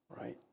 right